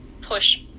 push